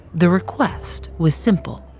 the request was simple.